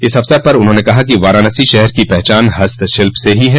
इस अवसर पर उन्होंने कहा कि वाराणसी शहर की पहचान हस्तशिल्प से ही है